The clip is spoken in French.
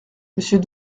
monsieur